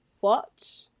watch